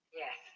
yes